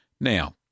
Now